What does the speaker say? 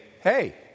hey